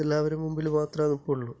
എല്ലാവരും മുന്പിൽ മാത്രാണ് നിൽപ്പുള്ളു